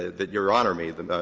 that your honor made,